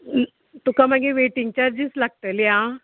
तुका मागीर waiting charges लागतली आ